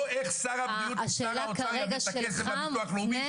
לא איך שר הבריאות ושר האוצר יביאו את הכסף לביטוח הלאומי,